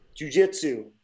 jujitsu